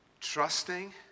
trusting